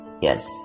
Yes